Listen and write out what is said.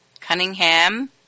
Cunningham